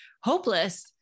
hopeless